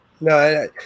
no